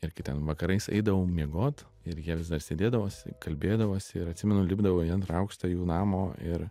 ir kai ten vakarais eidavau miegot ir jie vis dar sėdėdavosi kalbėdavosi ir atsimenu lipdavau į antrą aukštą jų namo ir